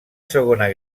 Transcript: segona